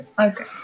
Okay